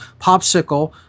popsicle